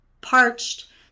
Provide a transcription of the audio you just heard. Parched